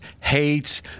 hates